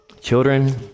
Children